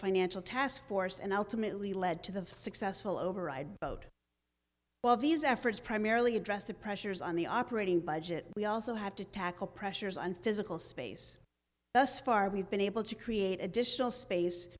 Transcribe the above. financial task force and ultimately led to the of successful override vote well these efforts primarily address the pressures on the operating budget we also have to tackle pressures and physical space thus far we've been able to create additional space